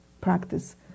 practice